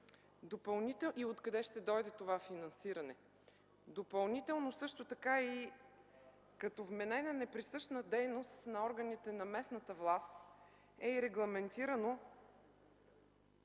и откъде ще дойде това финансиране. Допълнително като вменена неприсъщна дейност на органите на местната власт е регламентирано